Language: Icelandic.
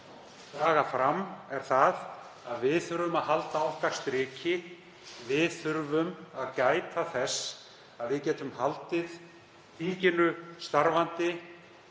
draga fram er að við þurfum að halda okkar striki. Við þurfum að gæta þess að við getum haldið þinginu starfandi,